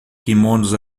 quimonos